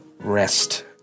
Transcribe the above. rest